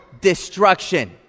destruction